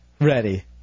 Ready